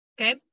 Okay